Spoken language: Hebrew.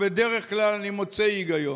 ובדרך כלל אני מוצא היגיון.